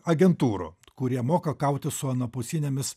agentūrų kurie moka kautis su anapusinėmis